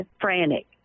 frantic